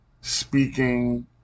speaking